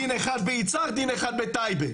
דין אחד ביצהר ודין אחד בטייבה.